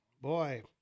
boy